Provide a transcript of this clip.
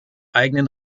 eigenen